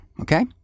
okay